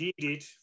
needed